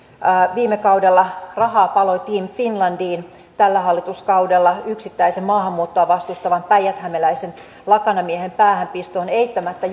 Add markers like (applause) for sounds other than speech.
viime kaudella rahaa paloi team finlandiin tällä hallituskaudella yksittäisen maahanmuuttoa vastustavan päijäthämäläisen lakanamiehen päähänpisto on eittämättä (unintelligible)